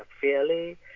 fairly